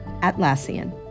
Atlassian